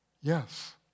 Yes